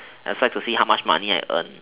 I like to see how much money I have earned